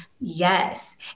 Yes